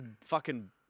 fucking-